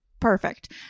Perfect